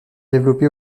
développée